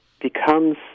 becomes